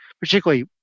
particularly